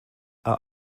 are